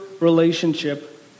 relationship